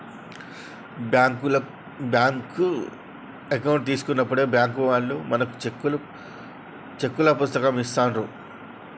bank account తీసుకున్నప్పుడే bank వాళ్ళు మనకు చెక్కుల పుస్తకం ఇస్తాండ్రు